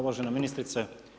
Uvažena ministrice.